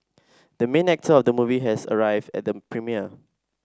the main actor of the movie has arrived at the premiere